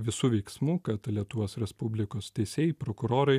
visų veiksmų kad lietuvos respublikos teisėjai prokurorai